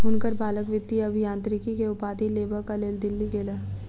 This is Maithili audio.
हुनकर बालक वित्तीय अभियांत्रिकी के उपाधि लेबक लेल दिल्ली गेला